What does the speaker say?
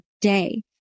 day